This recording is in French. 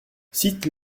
cite